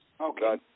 Okay